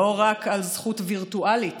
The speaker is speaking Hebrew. לא רק זכות וירטואלית